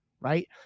Right